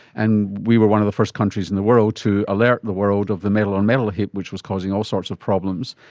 and we were one of the first countries in the world to alert the world of the metal on metal hip which was causing all sorts of problems,